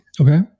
Okay